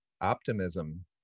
optimism